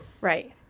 Right